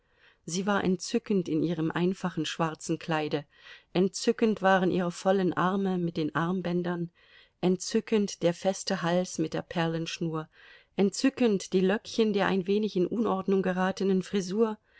sie war entzückend in ihrem einfachen schwarzen kleide entzückend waren ihre vollen arme mit den armbändern entzückend der feste hals mit der perlenschnur entzückend die löckchen der ein wenig in unordnung geratenen frisur